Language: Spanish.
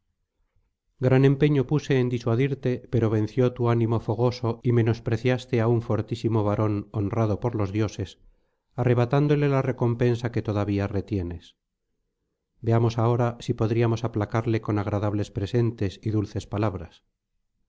gran empeño puse en disuadirte pero venció tu ánimo fogoso y menospreciaste á un fortísimo varón honrado por los dioses arrebatándole la recompensa que todavía retienes veamos ahora si podríamos aplacarle con agradables presentes y dulces palabras